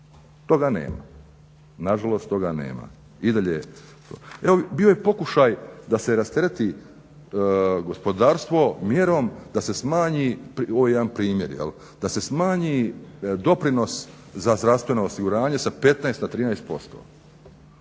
Toga nema. Nažalost toga nema. I dalje bio je pokušaj da se rastereti gospodarstvo mjerom da se smanji, ovo je jedan primjer, da se smanji doprinos za zdravstveno osiguranje sa 15 na 13%.